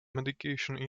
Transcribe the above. medication